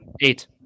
Eight